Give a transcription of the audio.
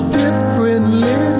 differently